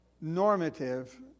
normative